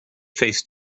faced